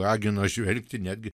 ragino žvelgti netgi